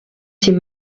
c’est